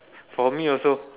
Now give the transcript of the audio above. for me also